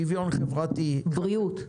שוויון חברתי -- בריאות.